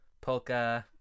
polka